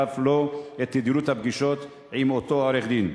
ואף לא את תדירות הפגישות עם אותו עורך-דין,